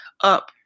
up